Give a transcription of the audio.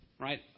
right